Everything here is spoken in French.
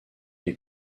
les